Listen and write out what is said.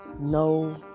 No